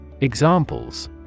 Examples